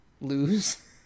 lose